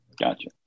gotcha